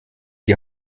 die